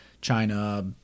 China